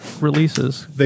releases